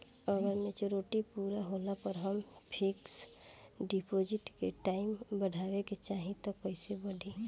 अगर मेचूरिटि पूरा होला पर हम फिक्स डिपॉज़िट के टाइम बढ़ावे के चाहिए त कैसे बढ़ी?